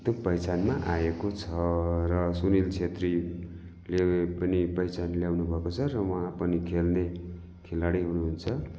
पहिचानमा आएको छ र सुनिल छेत्रीले पनि पहिचान ल्याउनु भएको छ र उहाँ पनि खेल्ने खेलाडी हुनहुन्छ